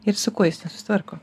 ir su kuo jis nesusitvarko